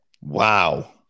Wow